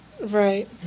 Right